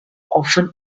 often